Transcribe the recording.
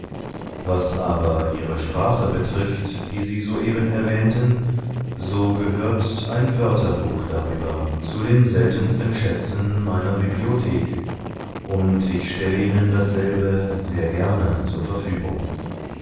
was aber ihre sprache betrifft die sie soeben erwähnten so gehört ein wörterbuch darüber zu den seltensten schätzen meiner bibliothek und ich stelle ihnen dasselbe sehr gerne zur verfügung